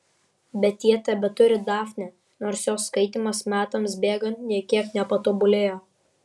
bet jie tebeturi dafnę nors jos skaitymas metams bėgant nė kiek nepatobulėjo